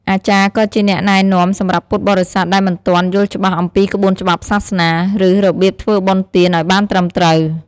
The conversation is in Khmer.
អាចារ្យក៏ជាអ្នកណែនាំសម្រាប់ពុទ្ធបរិស័ទដែលមិនទាន់យល់ច្បាស់អំពីក្បួនច្បាប់សាសនា ឬរបៀបធ្វើបុណ្យទានឱ្យបានត្រឹមត្រូវ។